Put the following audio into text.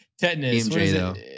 Tetanus